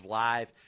live